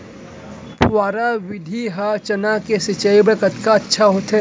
फव्वारा विधि ह चना के सिंचाई बर कतका अच्छा होथे?